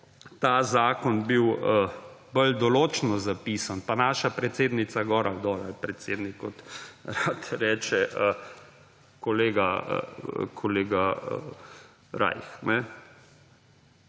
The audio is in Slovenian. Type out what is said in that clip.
ta zakon bil bolj določno zapisan, pa naša predsednica gor ali dol ali predsednik, kot reče kolega Rajh.